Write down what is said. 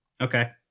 Okay